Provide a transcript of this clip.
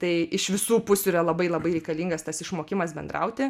tai iš visų pusių yra labai labai reikalingas tas išmokimas bendrauti